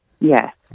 Yes